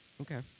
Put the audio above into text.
okay